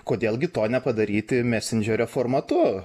kodėl gi to nepadaryti mesendžerio formatu